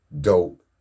dope